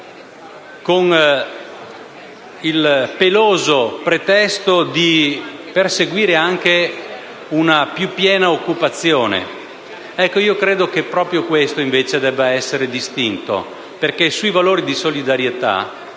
con il «peloso» pretesto di perseguire anche una più piena occupazione. Ebbene, credo che proprio questo, invece, debba rimanere distinto, perché sui valori di solidarietà